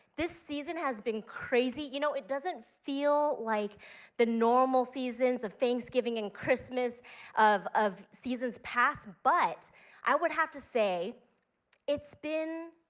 this season has been crazy, you know, it doesn't feel like the normal seasons of thanksgiving and christmas of of seasons pass but i would have to say it's been,